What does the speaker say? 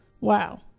Wow